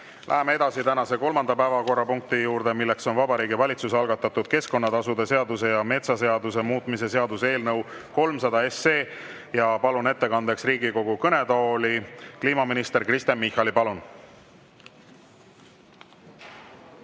Läheme tänase kolmanda päevakorrapunkti juurde. Vabariigi Valitsuse algatatud keskkonnatasude seaduse ja metsaseaduse muutmise seaduse eelnõu 300 [esimene lugemine]. Palun ettekandeks Riigikogu kõnetooli kliimaminister Kristen Michali. Palun!